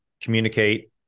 communicate